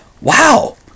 wow